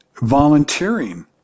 volunteering